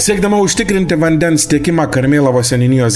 siekdama užtikrinti vandens tiekimą karmėlavos seniūnijos